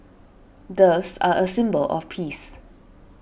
doves are a symbol of peace